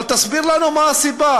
אבל תסביר לנו מה הסיבה.